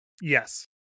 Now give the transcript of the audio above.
yes